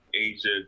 Asia